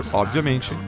obviamente